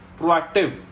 proactive